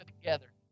together